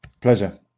Pleasure